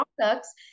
products